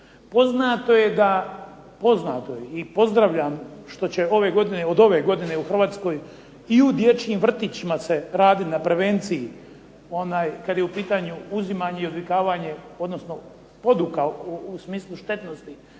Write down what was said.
Poznato je i pozdravljam što će od ove godine u Hrvatskoj i u dječjim vrtićima raditi na prevenciji kada je u pitanju uzimanje i odvikavanje odnosno poduka u smislu štetnosti